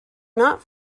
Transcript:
not